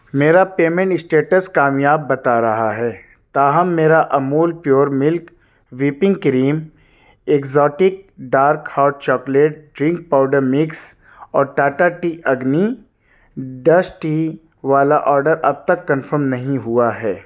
میرا payment status کامیاب بتا رہا ہے تاہم میرا Amul pure milk whipping cream exotic dark hot chocolate drink powder mix اور Tata tea Agni dust tea والا آرڈر اب تک کنفرم نہیں ہوا ہے